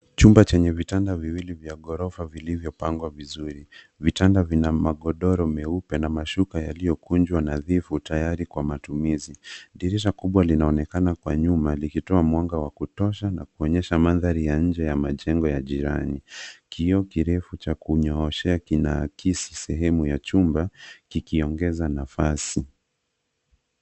Chumba chenye vitanda viwili vya ghorofa vilivyopangwa vizuri. Vitanda vina magodoro meupena mashuka yaliyokunjwa nadhifu tayari kwa matumizi. Dirisha kubwa linaonekana kwa nyuma likitoa mwanga wa kutosha na kuonyesha mandhari ya nje ya majengo ya jirani. Kioo kirefu cha kunyoroshea kinaakisi sehemu ya chumba kikiongeza nafasi.